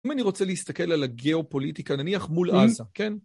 אם אני רוצה להסתכל על הגיאופוליטיקה נניח מול עזה, כן?